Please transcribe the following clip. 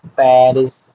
Paris